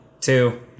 two